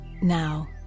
now